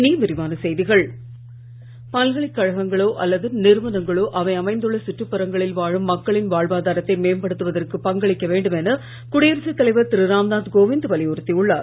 ராம்நாத்கோவிந்த் பல்கலைக்கழகங்களோ அல்லது நிறுவனங்களோ அவை அமைந்துள்ள சுற்றுப்புறங்களில் வாழும் மக்களின் வாழ்வாதாரத்தை மேம்படுத்துவதற்கு பங்களிக்க வேண்டுமென குடியரசு தலைவர் திரு ராம்நாத் கோவிந்த் வலியுறுத்தி உள்ளார்